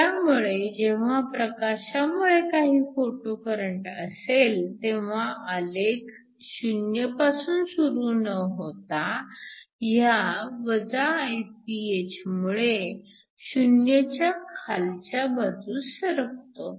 त्यामुळे जेव्हा प्रकाशामुळे काही फोटो करंट असेल तेव्हा आलेख 0 पासून सुरु न होता ह्या Iph मुळे 0 च्या खालच्या बाजूस सरकतो